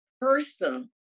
person